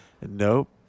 Nope